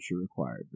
required